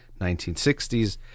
1960s